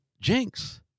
jinx